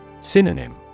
Synonym